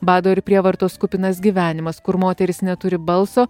bado ir prievartos kupinas gyvenimas kur moterys neturi balso